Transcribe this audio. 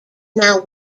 now